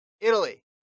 Italy